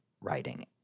writing